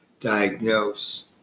diagnose